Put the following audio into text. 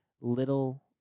Little